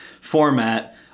format